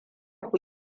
ku